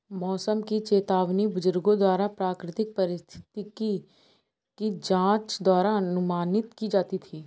मौसम की चेतावनी बुजुर्गों द्वारा प्राकृतिक परिस्थिति की जांच द्वारा अनुमानित की जाती थी